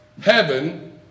heaven